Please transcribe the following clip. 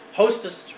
hostess